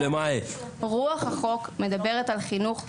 רוח החוק מדברת על חינוך שיוויוני,